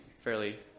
fairly